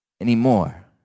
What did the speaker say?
anymore